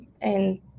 and-